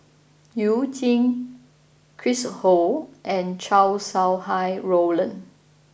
you Jin Chris Ho and Chow Sau Hai Roland